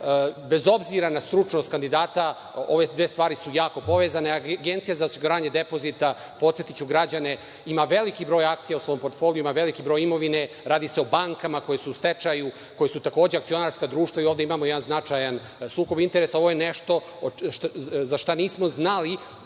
Bez obzira na stručnost kandidata ove dve stvari su jako povezane. Agencija za osiguranje depozita, podsetiću građane, ima veliki broj akcija u svom portfoliju, ima veliki broj imovine. Radi se o bankama koje su u stečaju, koje su takođe akcionarska društva i ovde imamo jedan značajan sukob interesa. Ovo je nešto za šta nismo znali